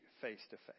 face-to-face